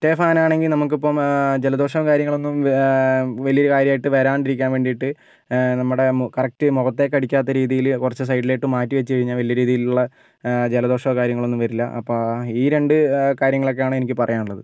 മറ്റേ ഫാൻ ആണെങ്കിൽ നമുക്കിപ്പം ജലദോഷമോ കാര്യങ്ങളൊന്നും വലിയൊരു കാര്യമായിട്ട് വരാണ്ടിരിക്കാൻ വേണ്ടിയിട്ട് നമ്മുടെ കറക്റ്റ് മുഖത്തേക്ക് അടിക്കാത്ത രീതിയിൽ കുറച്ച് സൈഡിലോട്ട് മാറ്റി വെച്ച് കഴിഞ്ഞാൽ വലിയ രീതിയിലുള്ള ജലദോഷമോ കാര്യങ്ങളൊന്നും വരില്ല അപ്പം ഈ രണ്ട് കാര്യങ്ങളൊക്കെയാണ് എനിക്ക് പറയാനുള്ളത്